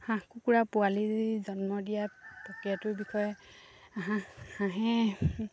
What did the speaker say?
হাঁহ কুকুৰা পোৱালি জন্ম দিয়া প্ৰক্ৰিয়াটোৰ বিষয়ে হাঁহ হাঁহে